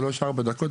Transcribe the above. שלוש ארבע דקות,